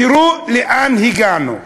תראו לאן הגענו.